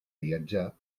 viatjar